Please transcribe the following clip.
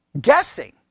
Guessing